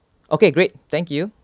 okay great thank you